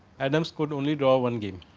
adams could only do ah one game.